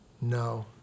No